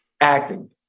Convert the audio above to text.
acting